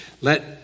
Let